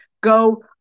Go